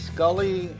Scully